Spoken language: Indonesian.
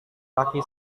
laki